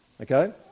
Okay